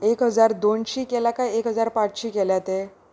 एक हजार दोनशीं केल्या काय एक हजार पांचशीं केल्या ते